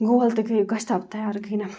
گول تہٕ گٔے گۄشتاب تیار گٔے نہ